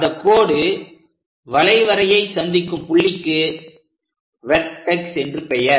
அந்த கோடு வளைவரையை சந்திக்கும் புள்ளிக்கு வெர்டெக்ஸ் என்று பெயர்